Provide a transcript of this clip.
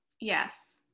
Yes